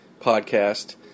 podcast